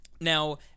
Now